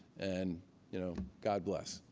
and you know god bless.